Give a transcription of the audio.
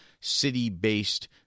city-based